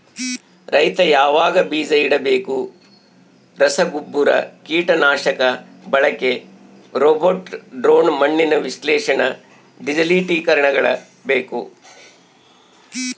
ರೈತ ಯಾವಾಗ ಬೀಜ ಇಡಬೇಕು ರಸಗುಬ್ಬರ ಕೀಟನಾಶಕ ಬಳಕೆ ರೋಬೋಟ್ ಡ್ರೋನ್ ಮಣ್ಣಿನ ವಿಶ್ಲೇಷಣೆ ಡಿಜಿಟಲೀಕರಣ ಬೇಕು